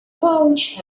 pouch